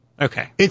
Okay